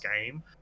game